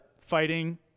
Fighting